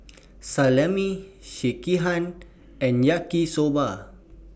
Salami Sekihan and Yaki Soba